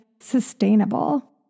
sustainable